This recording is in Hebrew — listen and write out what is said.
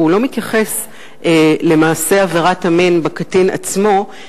והוא לא מתייחס למעשה עבירת המין בקטין עצמו,